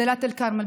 בדאלית אל-כרמל,